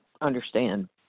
understand